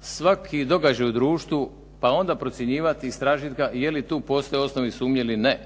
svaki događaj u društvu pa onda procjenjivati i istražit ga je li tu postoje osnovane sumnje ili ne.